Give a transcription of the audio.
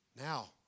Now